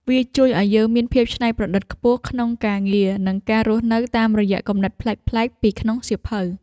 វាជួយឱ្យយើងមានភាពច្នៃប្រឌិតខ្ពស់ក្នុងការងារ និងការរស់នៅតាមរយៈគំនិតប្លែកៗពីក្នុងសៀវភៅ។